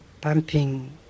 pumping